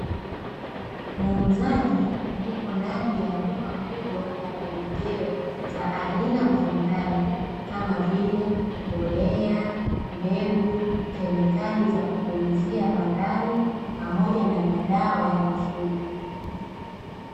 Muuzaji yupo ndani ya duka kubwa la pembejeo za aina mbalimbali kama vile: mbolea, mbegu, kemikali za kupulizia bandani, pamoja na madawa ya mifugo.